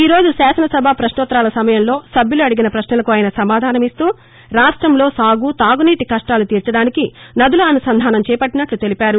ఈరోజు శాసనసభ ప్రపశ్నోత్తరాల సమయంలో సభ్యులు అడిగిన పశ్నలకు ఆయన సమాధానమిస్తూ రాష్టంలో సాగు తాగు నీటి కప్లాలు తీర్చడానికి నదులు అనుసంధానం చేపట్లినట్లు తెలిపారు